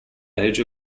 age